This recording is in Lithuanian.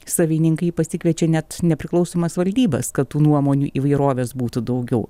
savininkai pasikviečia net nepriklausomas valdybas kad tų nuomonių įvairovės būtų daugiau